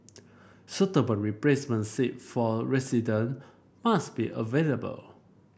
suitable replacement site for resident must be available